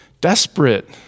Desperate